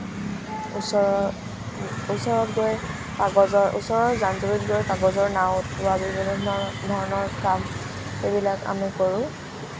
ওচৰৰ ওচৰত গৈ কাগজৰ ওচৰৰ জান জুৰিত গৈ কাগজৰ নাও উটুৱা বিভিন্ন ধৰণৰ কাম এইবিলাক আমি কৰোঁ